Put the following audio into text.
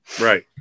Right